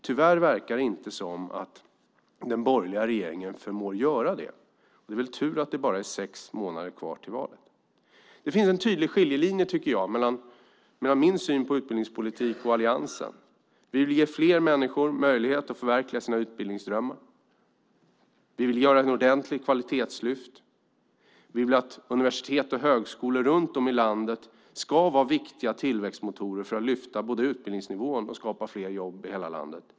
Tyvärr verkar det inte som att den borgerliga regeringen förmår att göra det. Det är tur att det bara är sex månader kvar till valet. Det finns en tydlig skiljelinje, tycker jag, mellan min syn på utbildningspolitik och Alliansens. Vi vill ge fler människor möjlighet att förverkliga sina utbildningsdrömmar. Vi vill göra ett ordentligt kvalitetslyft. Vi vill att universitet och högskolor runt om i landet ska vara viktiga tillväxtmotorer för att både lyfta utbildningsnivån och skapa fler jobb i hela landet.